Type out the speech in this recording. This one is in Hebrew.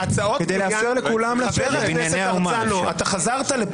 כדי לאפשר לכולם --- לבנייני האומה אפשר.